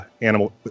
animal